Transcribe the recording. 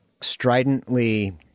stridently